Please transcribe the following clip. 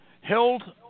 held